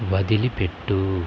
వదిలిపెట్టు